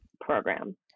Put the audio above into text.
program